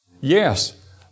Yes